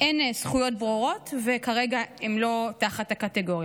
אין זכויות ברורות, וכרגע הם לא תחת הקטגוריה.